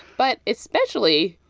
but, especially,